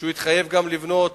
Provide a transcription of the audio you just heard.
הוא התחייב לבנות,